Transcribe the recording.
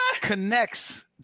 Connects